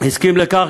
הסכים לכך,